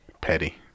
petty